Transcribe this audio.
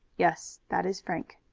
yes, that is frank.